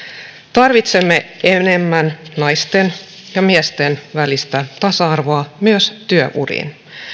tarvitsemme enemmän naisten ja miesten välistä tasa arvoa myös työuriin